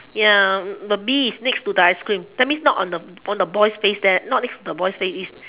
ya the bee is next to the ice cream that means not on the on the boy's face there not next to the boy's face it's